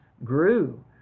grew